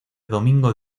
domingo